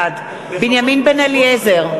בעד בנימין בן-אליעזר,